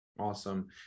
Awesome